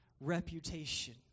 reputation